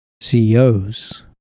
CEOs